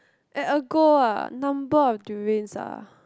at a go ah number of durians ah